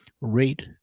rate